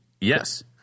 Yes